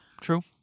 true